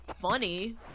funny